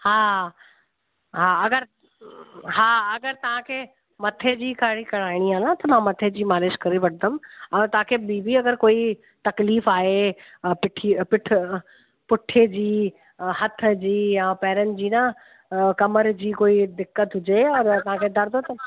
हा हा अगरि हा अगरि तव्हांखे मथे जी कराइणी आहे म त मां मथे जी मालिश करे वठंदमि ऐं तव्हांखे ॿी बि अगरि कोई तकलीफ़ आहे पीठी पीठ पुठे जी हथ जी या पैरनि जी न कमर जी कोई दिक़त हुजे और असांखे दर्द हुजे त